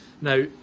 Now